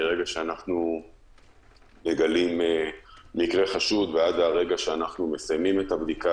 מרגע שאנחנו מגלים מקרה חשוד ועד לרגע שאנחנו מסיימים את הבדיקה